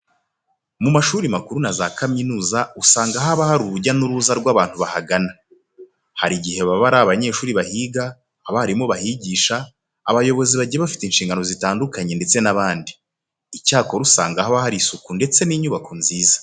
Mu mashuri makuru na za kaminuza usanga haba hari urujya n'uruza rw'abantu bahagana. Hari igihe baba ari abanyeshuri bahiga, abarimu bahigisha, abayobozi bagiye bafite inshingano zitandukanye ndetse n'abandi. Icyakora usanga haba hari isuku ndetse n'inyubako nziza.